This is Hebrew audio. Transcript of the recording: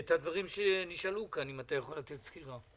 ואת הדברים שנשאלו כאן, אם אתה יכול לתת סקירה.